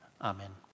Amen